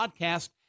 podcast